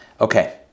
Okay